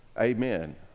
amen